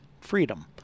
freedom